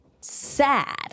sad